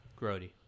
Grody